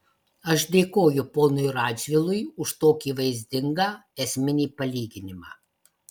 aš dėkoju ponui radžvilui už tokį vaizdingą esminį palyginimą